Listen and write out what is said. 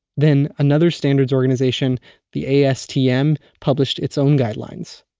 then another standards organization the istm published its own guidelines.